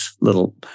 little